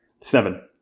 Seven